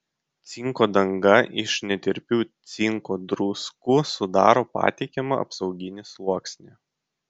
cinko danga iš netirpių cinko druskų sudaro patikimą apsauginį sluoksnį